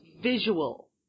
visual